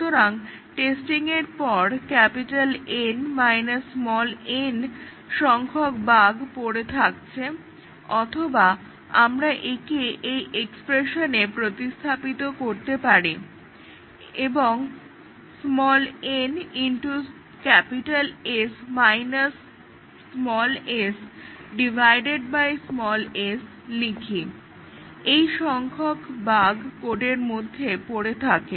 সুতরাং টেস্টিংয়ের পর N n সংখ্যক বাগ পড়ে থাকছে অথবা আমরা একে এই এক্সপ্রেশনে প্রতিস্থাপিত করতে পারি এবং n s লিখি এই সংখ্যক বাগ কোডের মধ্যে পড়ে থাকে